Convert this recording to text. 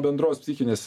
bendros psichinės